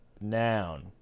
noun